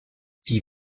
die